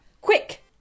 quick